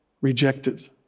rejected